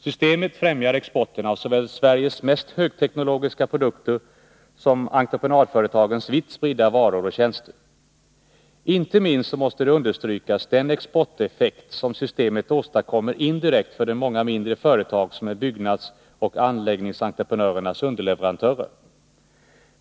Systemet främjar exporten av såväl Sveriges mest högteknologiska produkter som entreprenadföretagens vitt spridda varor och tjänster. Inte minst måste understrykas den exporteffekt som systemet åstadkommer indirekt för de många mindre företag som är byggnadsoch anläggningsentreprenörernas underleverantörer.